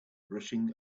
rushing